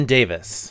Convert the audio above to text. Davis